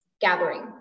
gathering